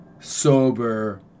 sober